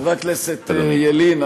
חבר הכנסת ילין,